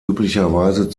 üblicherweise